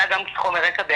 זה עלה גם כחומר בעבר.